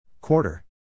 Quarter